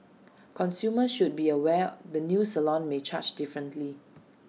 consumers should be aware the new salon may charge differently